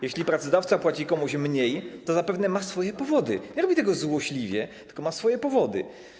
Jeśli pracodawca płaci komuś mniej, to zapewne ma swoje powody, nie robi tego złośliwie, tylko ma swoje powody.